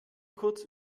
kurz